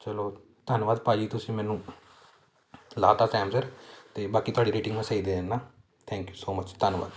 ਚਲੋ ਧੰਨਵਾਦ ਭਾਅ ਜੀ ਤੁਸੀਂ ਮੈਨੂੰ ਲਾਹ ਤਾ ਟੈਮ ਸਿਰ ਅਤੇ ਬਾਕੀ ਤੁਹਾਡੀ ਰੇਟਿੰਗ ਮੈਂ ਸਹੀ ਦੇ ਦਿੰਦਾ ਥੈਂਕ ਯੂ ਸੋ ਮਚ ਧੰਨਵਾਦ